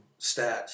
stats